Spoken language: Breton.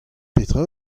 petra